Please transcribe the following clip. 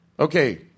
Okay